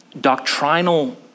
doctrinal